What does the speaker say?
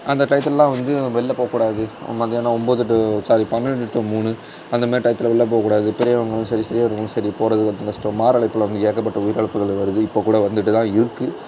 அந்த டயத்திலல்லாம் வந்து வெளில போகக்கூடாது மதியானம் ஒம்போது டூ சாரி பன்னெண்டு டூ மூணு அந்தமாதிரி டயத்தில் வெளில போக கூடாது பெரியவங்களும் சரி சிறியவர்களும் சரி போவது கஷ்டம் மாரடைப்பில் வந்து ஏகப்பட்ட உயிரிழப்புகள் வருது இப்போ கூட வந்துட்டு தான் இருக்கு